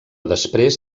després